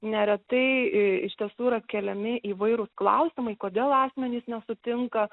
neretai iš tiesų yra keliami įvairūs klausimai kodėl asmenys nesutinka